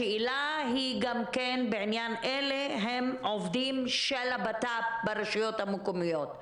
השאלה היא גם כן אלה הם עובדים של הבט"פ ברשויות המקומיות,